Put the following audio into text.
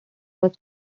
was